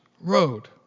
road